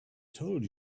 told